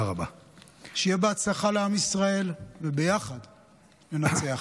שיהיה בהצלחה לעם ישראל, וביחד ננצח.